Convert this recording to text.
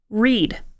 Read